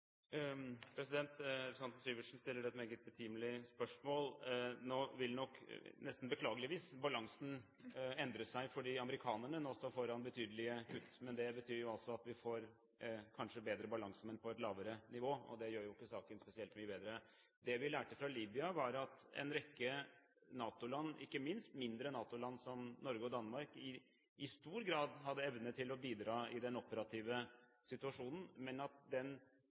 Representanten Syversen stiller et meget betimelig spørsmål. Nå vil nok, nesten beklageligvis, balansen endre seg fordi amerikanerne står foran betydelige kutt. Men det betyr altså at vi kanskje får bedre balanse, men på et lavere nivå. Det gjør jo ikke saken spesielt mye bedre. Det vi lærte fra Libya, var at en rekke NATO-land – ikke minst mindre NATO-land som Norge og Danmark – i stor grad hadde evne til å bidra i den operative situasjonen. Men